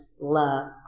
love